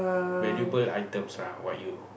valuable items lah what you